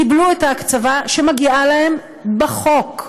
קיבלו את ההקצבה שמגיעה להם בחוק.